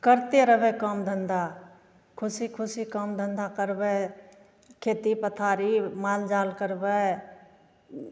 करते रहबै कामधन्धा खुशी खुशी कामधन्धा करबै खेती पथारी मालजाल करबै